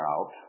out